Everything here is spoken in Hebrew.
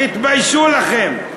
תתביישו לכם.